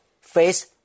face